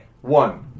one